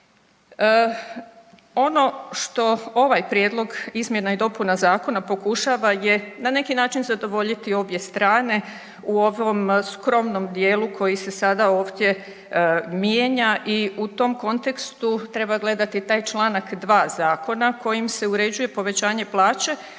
Ono što ovaj prijedlog izmjena i dopuna zakona pokušava je na neki način zadovoljiti obje strane u ovom skromnom dijelu koji se sada ovdje mijenja i u tom kontekstu treba gledati taj Članak 2. zakona kojim se uređuje povećanje plaće,